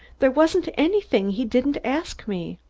there wasn't anything he didn't ask me.